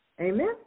amen